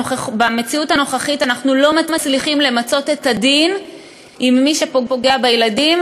במציאות הנוכחית אנחנו לא מצליחים למצות את הדין עם מי שפוגע בילדים,